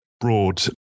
broad